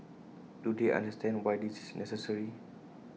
do they understand why this is necessary